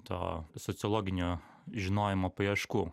to sociologinio žinojimo paieškų